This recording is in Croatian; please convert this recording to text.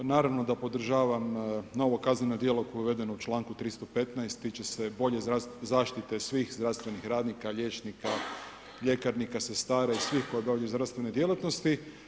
Naravno da podržavam novo kazneno djelo koje je uvedeno u članku 315., tiče se bolje zaštite svih zdravstvenih radnika, liječnika, ljekarnika, sestara i svih koji obavljaju zdravstvene djelatnosti.